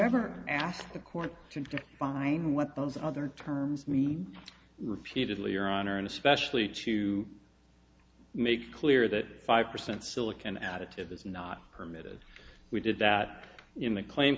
ever ask the court to define what those other terms mean repeatedly or honorine especially to make clear that five percent silicon additive is not permitted we did that in the claim